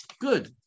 good